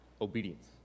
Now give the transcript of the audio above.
obedience